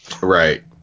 Right